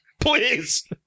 please